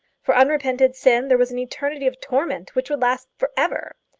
for unrepented sin there was an eternity of torment which would last for ever!